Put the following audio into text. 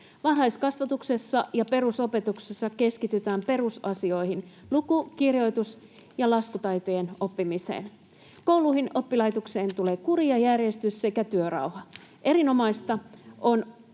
Varhaiskasvatuksessa ja perusopetuksessa keskitytään perusasioihin: luku-, kirjoitus- ja laskutaitojen oppimiseen. Kouluihin ja oppilaitoksiin tulee kuri ja järjestys sekä työrauha. Erinomaista on